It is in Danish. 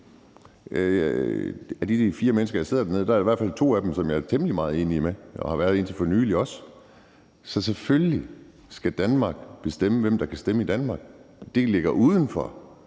fra Dansk Folkeparti, der sidder dernede, er der i hvert fald to, som jeg er temmelig meget enig med, og jeg har også været det indtil for nylig. Så selvfølgelig skal Danmark bestemme, hvem der kan stemme i Danmark. Det ligger uden for